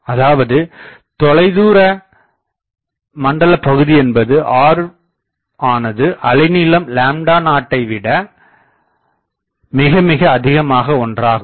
அதாவது தொலைதூர மண்டலபகுதியென்பது r ஆனது 0வை விட மிக மிகஅதிகமான ஒன்றாகும்